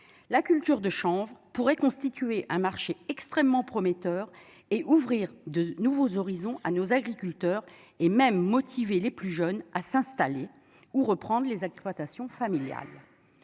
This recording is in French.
la culture de chanvre pourrait constituer un marché extrêmement prometteur et ouvrir de nouveaux horizons à nos agriculteurs et même motiver les plus jeunes à s'installer ou reprendre les exploitations familiales